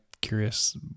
curious